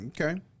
okay